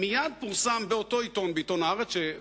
מייד פורסם באותו עיתון, בעיתון "הארץ"